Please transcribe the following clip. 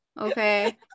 okay